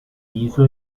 hizo